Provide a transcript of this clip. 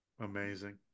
Amazing